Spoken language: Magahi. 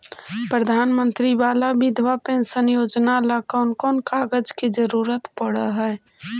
प्रधानमंत्री बाला बिधवा पेंसन योजना ल कोन कोन कागज के जरुरत पड़ है?